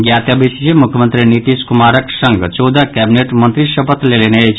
ज्ञातव्य अछि जे मुख्यमंत्री नीतीश कुमारक संग चौदह कैबिनेट मंत्री शपथ लेलनि अछि